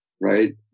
right